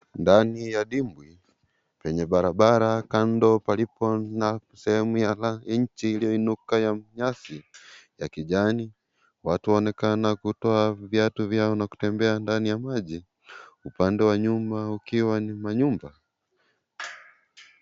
Ndani ya dimbwi, penye barabara, kando palipo na sehemu ya inchi iliyoinuka ya nyasi ya kijani. Watu huonekana kutoa viatu vyao na kutembea ndani ya maji. Upande wa nyuma ukiwa ni manyumba.